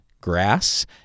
grass